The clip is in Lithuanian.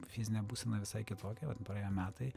fizinė būsena visai kitokia vat praėję metai